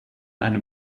einem